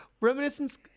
Reminiscence